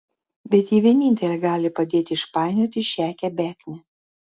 bet ji vienintelė gali padėti išpainioti šią kebeknę